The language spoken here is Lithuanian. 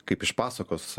kaip iš pasakos